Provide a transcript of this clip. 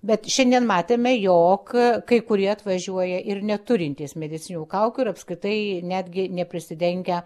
bet šiandien matėme jog kai kurie atvažiuoja ir neturintys medicininių kaukių ir apskritai netgi neprisidengę